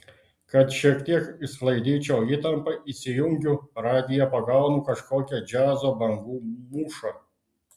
kad šiek tiek išsklaidyčiau įtampą įsijungiu radiją pagaunu kažkokią džiazo bangų mūšą